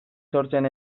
sortzen